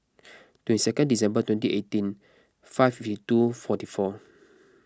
twenty second December twenty eighteen five fifty two forty four